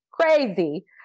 crazy